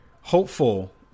hopeful